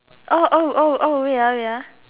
oh oh oh oh wait ah wait ah